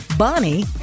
Bonnie